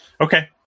Okay